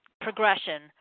progression